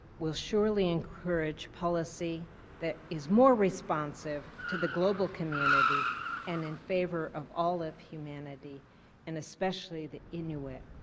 will surely encourage policy that is more responsive to the global community and in favor of all of humanity and especially the inuit.